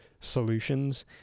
solutions